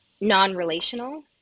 non-relational